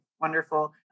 wonderful